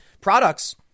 products